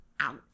out